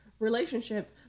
relationship